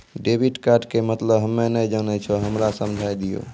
Debit card के मतलब हम्मे नैय जानै छौ हमरा समझाय दियौ?